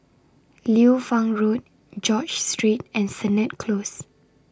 Liu Fang Road George Street and Sennett Close